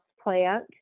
plant